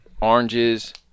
oranges